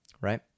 Right